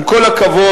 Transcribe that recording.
עם כל הכבוד,